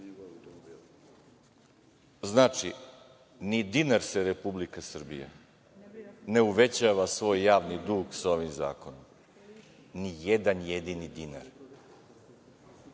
dug. Znači, ni dinar se Republika Srbija ne uvećava svoj javni dug ovim zakonom. Ni jedan jedini dinar,